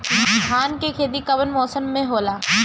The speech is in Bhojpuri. धान के खेती कवन मौसम में होला?